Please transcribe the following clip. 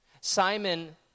Simon